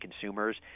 consumers